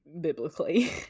biblically